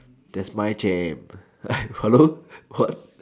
that's my jam hello what